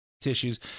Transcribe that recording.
tissues